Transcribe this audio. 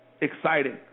exciting